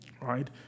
Right